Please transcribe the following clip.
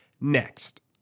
next